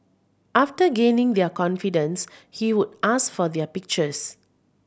after gaining their confidence he would ask for their pictures